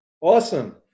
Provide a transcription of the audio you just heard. Awesome